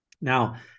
Now